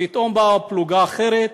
פתאום באה פלוגה אחרת: